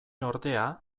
ordea